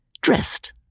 dressed